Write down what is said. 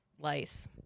lice